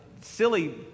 silly